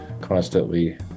constantly